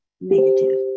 negative